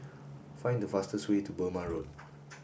find the fastest way to Burmah Road